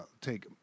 take